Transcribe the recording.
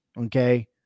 okay